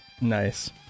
Nice